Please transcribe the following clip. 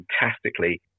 fantastically